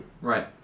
right